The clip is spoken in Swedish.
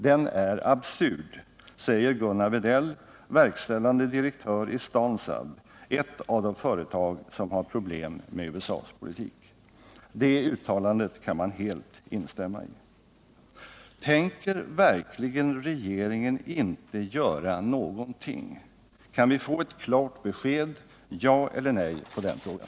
Den är absurd.” Detta säger Gunnar Wedell, verkställande direktör i Stansaab, ett av de företag som har problem med USA:s politik. Det uttalandet kan man helt instämma i. Tänker verkligen regeringen inte göra någonting? Kan vi få ett klart svar — ja eller nej — på den frågan?